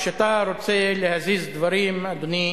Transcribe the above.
כשאתה רוצה להזיז דברים, אדוני,